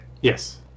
Yes